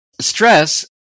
stress